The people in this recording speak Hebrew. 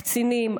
הקצינים,